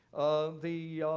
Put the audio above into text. of the,